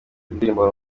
ndirimbo